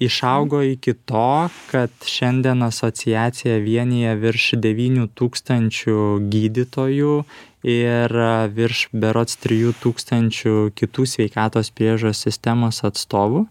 išaugo iki to kad šiandien asociacija vienija virš devynių tūkstančių gydytojų ir virš berods trijų tūkstančių kitų sveikatos priežiūros sistemos atstovų